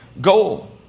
goal